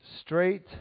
straight